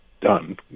done